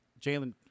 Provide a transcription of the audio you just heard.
Jalen –